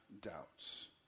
doubts